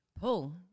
Paul